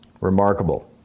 Remarkable